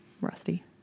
rusty